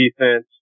defense